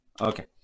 Okay